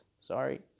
Sorry